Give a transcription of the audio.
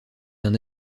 d’un